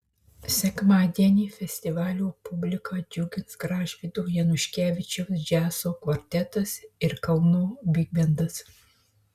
sekmadienį festivalio publiką džiugins gražvydo januškevičiaus džiazo kvartetas ir kauno bigbendas